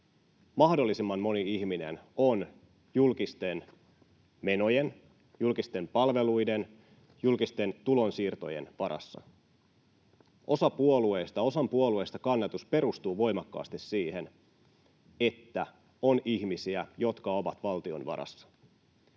mahdollisimman moni ihminen on julkisten menojen, julkisten palveluiden, julkisten tulonsiirtojen varassa. Osan puolueista kannatus perustuu voimakkaasti siihen, että on ihmisiä, jotka ovat valtion varassa.